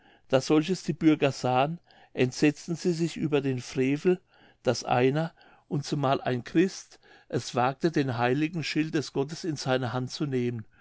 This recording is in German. da solches die bürger sahen entsetzten sie sich über den frevel daß einer und zumal ein christ es wagte den heiligen schild des gottes in seine hand zu nehmen